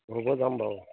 হ'ব যাম বাৰু